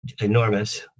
enormous